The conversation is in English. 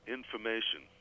Information